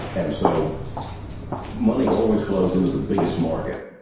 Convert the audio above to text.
and so money always flows into the biggest market,